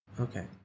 Okay